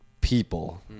people